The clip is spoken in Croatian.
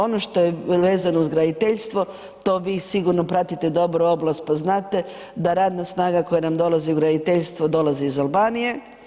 Ono što je vezano uz graditeljstvo, to vi sigurno pratite dobro oblast, pa znate da radna snaga koja nam dolazi u graditeljstvo, dolazi iz Albanije.